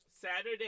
Saturday